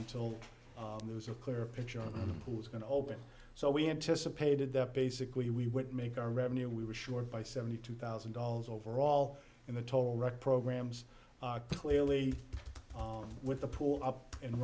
until there was a clear picture on who was going to open so we anticipated that basically we would make our revenue we were assured by seventy two thousand dollars overall in the total wreck programs clearly with the pool up and